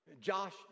josh